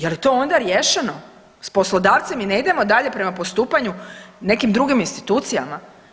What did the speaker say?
Je li to onda riješeno s poslodavcem i ne idemo dalje prema postupanju nekim drugim institucijama?